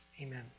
Amen